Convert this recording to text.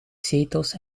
zetels